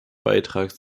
beitrag